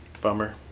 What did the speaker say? Bummer